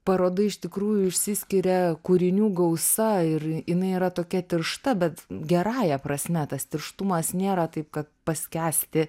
paroda iš tikrųjų išsiskiria kūrinių gausa ir jinai yra tokia tiršta bet gerąja prasme tas tirštumas nėra taip kad paskęsti